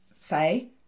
say